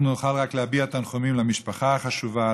אנחנו נוכל רק להביע תנחומים למשפחה החשובה,